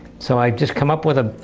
so i just come up with a,